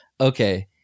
Okay